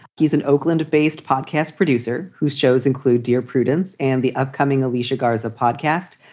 he's an oakland-based podcast producer whose shows include dear prudence and the upcoming alicia garza podcast.